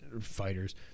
fighters